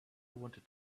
wanted